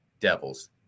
Devils